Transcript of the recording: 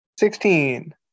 Sixteen